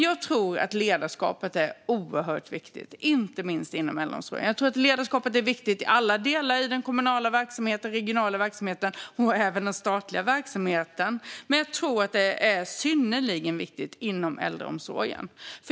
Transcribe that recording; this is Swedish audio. Jag tror att ledarskapet är oerhört viktigt, inte minst inom äldreomsorgen. Jag tror att ledarskapet är viktigt i alla delar i den kommunala och regionala verksamheten, och även i den statliga verksamheten, men jag tror att det är synnerligen viktigt inom äldreomsorgen.